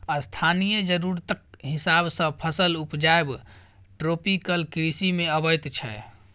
स्थानीय जरुरतक हिसाब सँ फसल उपजाएब ट्रोपिकल कृषि मे अबैत छै